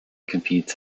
competes